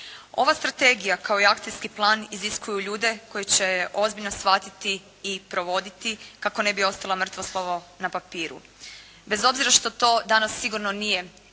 Ova strategija kao i akcijski plan, iziskuju ljude koji će je ozbiljno shvatiti i provoditi, kako ne bi ostalo mrtvo slovo na papiru. Bez obzira što to danas sigurno nije lagan